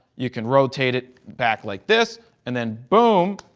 you can rotate it back like this and then, boom,